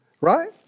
right